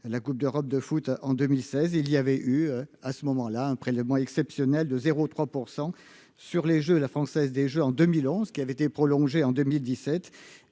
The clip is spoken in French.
la Coupe d'Europe de foot en 2016 il y avait eu à ce moment-là, un prélèvement exceptionnel de 0 3 % sur les jeux de la Française des Jeux en 2011, qui avait été prolongé en 2017